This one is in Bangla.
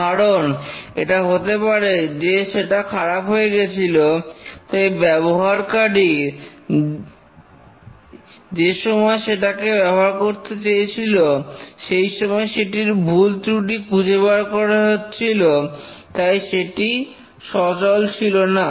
কারণ এটা হতে পারে যে সেটা খারাপ হয়ে গেছিল তাই ব্যবহারকারী যে সময় সেটাকে ব্যবহার করতে চেয়েছিল সেই সময় সেটির ভুল ত্রুটি খুঁজে বার করা হচ্ছিল তাই সেটি সচল ছিল না